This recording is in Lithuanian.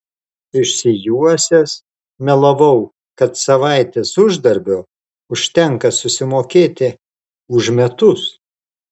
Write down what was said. išsijuosęs melavau kad savaitės uždarbio užtenka susimokėti už metus